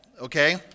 okay